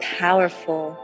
powerful